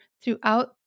throughout